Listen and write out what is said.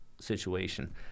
situation